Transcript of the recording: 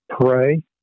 pray